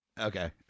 Okay